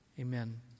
Amen